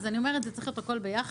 אני אומרת, זה צריך להיות הכול ביחד.